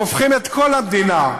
והופכים את כל המדינה.